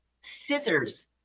scissors